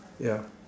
ya